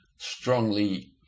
strongly